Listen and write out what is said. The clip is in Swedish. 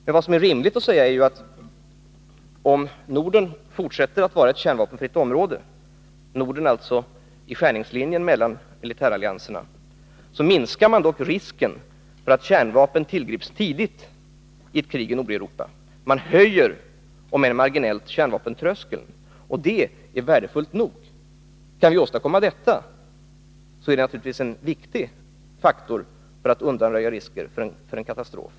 Det är rimligt att säga att om Norden fortsätter att vara ett kärnvapenfritt område — Norden finns alltså i skärningslinjen mellan militärallianserna — minskar risken för att kärnvapen tillgrips tidigt i ett krig i Nordeuropa. Det höjer, om än marginellt, kärnvapentröskeln, och det är värdefullt nog. Kan vi åstadkomma detta, är det naturligtvis en viktig faktor för att undanröja risker för en katastrof.